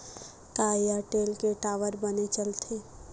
का एयरटेल के टावर बने चलथे?